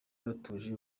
batuje